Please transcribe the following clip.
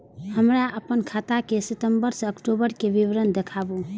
हमरा अपन खाता के सितम्बर से अक्टूबर के विवरण देखबु?